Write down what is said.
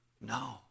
no